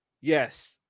Yes